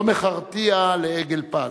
/ לא מכרתיה לעגל פז,